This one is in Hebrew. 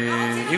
לי.